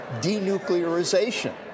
denuclearization